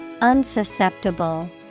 Unsusceptible